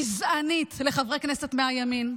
גזענית, לחברי הכנסת מהימין.